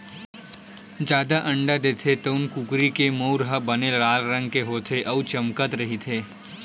जादा अंडा देथे तउन कुकरी के मउर ह बने लाल रंग के होथे अउ चमकत रहिथे